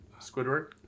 Squidward